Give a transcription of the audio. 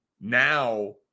Now